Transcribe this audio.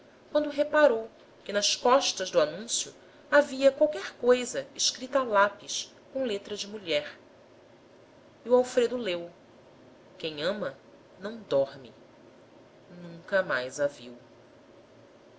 quando reparou que nas costas do anúncio havia qualquer coisa escrita a lápis com letra de mulher e o alfredo leu quem ama não dorme nunca mais a viu